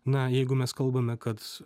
na jeigu mes kalbame kad